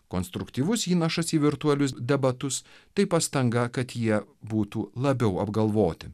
konstruktyvus įnašas į virtualius debatus tai pastanga kad jie būtų labiau apgalvoti